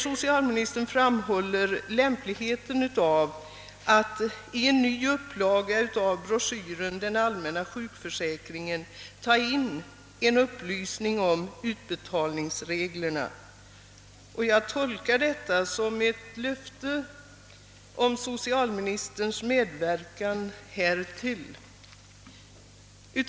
Socialministern framhåller ju det lämpliga i att "upplysningar rörande utbetalningsreglerna tas in i en ny upplaga av broschyren, och jag tolkar: detta som ett «löfte om socialministerns medverkan.